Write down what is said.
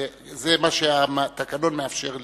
שזה מה שהתקנון מאפשר לי.